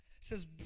says